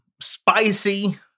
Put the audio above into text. spicy